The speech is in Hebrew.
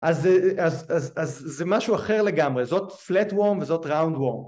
אז זה משהו אחר לגמרי, זאת flat worm וזאת round worm